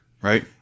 Right